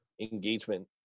engagement